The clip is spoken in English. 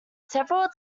several